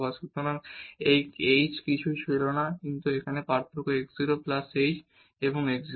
সুতরাং এই h কিছুই ছিল না কিন্তু এখানে পার্থক্য x 0 প্লাস h এবং x 0